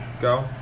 Go